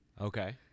okay